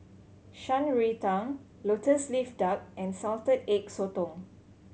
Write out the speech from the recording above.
Shan Rui Tang Lotus Leaf Duck and Salted Egg Sotong